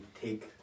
take